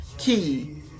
key